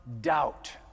doubt